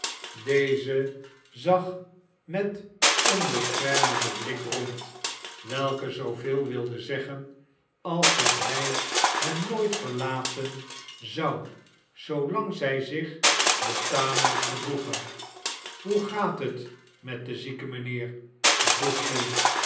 deze zag met een beschermenden blik rond welke zooveel wilde zeggen als dat hij hen nooit verlaten zou zoolang zij zich betamelijk gedroegen hoe gaat het met den zieke mijnheer vroeg giles